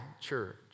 church